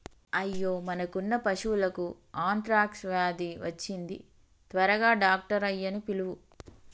అయ్యో మనకున్న పశువులకు అంత్రాక్ష వ్యాధి వచ్చింది త్వరగా డాక్టర్ ఆయ్యన్నీ పిలువు